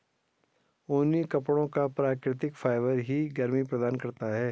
ऊनी कपड़ों का प्राकृतिक फाइबर ही गर्मी प्रदान करता है